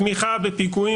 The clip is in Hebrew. תמיכה בפיגועים,